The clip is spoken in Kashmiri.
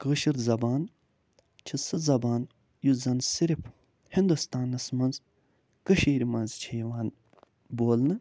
کٲشِر زبان چھِ سُہ زبان یُس زن صرف ہندُستانس منٛز کٔشیٖرِ منٛز چھےٚ یِوان بولنہٕ